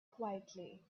quietly